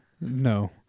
No